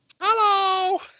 Hello